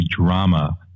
drama